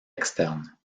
externe